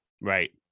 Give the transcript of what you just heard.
right